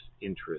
interest